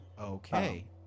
Okay